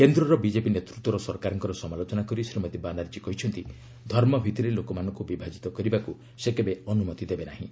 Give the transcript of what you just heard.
କେନ୍ଦ୍ରରର BJP ନେତୃତ୍ୱର ସରକାରଙ୍କର ସମାଲୋଚନା କରି ଶ୍ରୀମତୀ ବାନାର୍ଜୀ କହିଛନ୍ତି ଧର୍ମଭିତ୍ତିରେ ଲୋକମାନଙ୍କୁ ବିଭାଜିତ କରିବାକୁ ସେ କେବେ ଅନୁମତି ଦେବେ ନାହିଁ